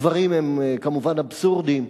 הדברים הם כמובן אבסורדיים,